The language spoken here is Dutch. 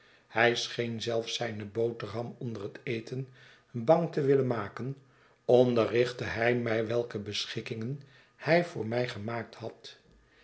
hij scheen zelfs zijne boterham onder net eten bang te wilien maken onderrichtte hij mij weike beschikkingen hij voor mij gemaakt had